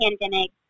pandemic